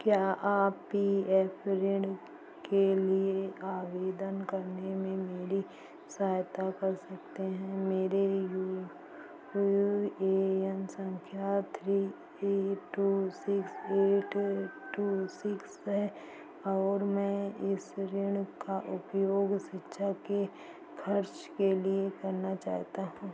क्या आप P F ऋण के लिए आवेदन करने में मेरी सहायता कर सकते हैं मेरी यू यू ए एन संख्या three two six eight two six है और मैं इस ऋण का उपयोग शिक्षा के खर्च के लिए करना चाहता हूँ